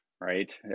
Right